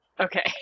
Okay